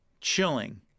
Chilling